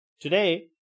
today